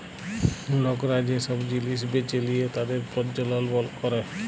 লকরা যে সব জিলিস বেঁচে লিয়ে তাদের প্রজ্বলল ক্যরে